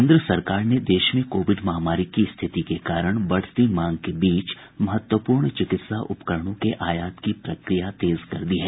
केन्द्र सरकार ने देश में कोविड महामारी की स्थिति के कारण बढती मांग के बीच महत्वपूर्ण चिकित्सा उपकरणों के आयात की प्रकिया तेज कर दी है